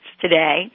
today